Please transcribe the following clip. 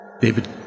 David